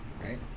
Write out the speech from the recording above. right